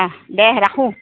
অঁ দে ৰাখো